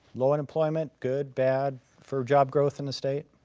low unemployment, good, bad for job growth in the state?